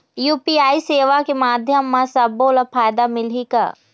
UPI सेवा के माध्यम म सब्बो ला फायदा मिलही का?